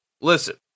Listen